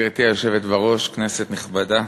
גברתי היושבת בראש, כנסת נכבדה,